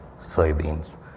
soybeans